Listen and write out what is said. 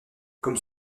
comme